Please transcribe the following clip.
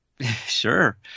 sure